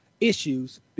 issues